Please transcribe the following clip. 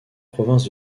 province